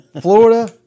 Florida